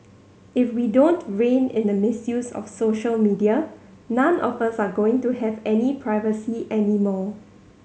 if we don't rein in the misuse of social media none of us are going to have any privacy anymore